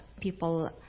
people